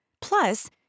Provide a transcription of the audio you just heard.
Plus